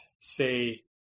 say